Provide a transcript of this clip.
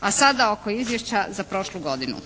A sada oko izvješća za prošlu godinu.